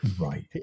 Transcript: Right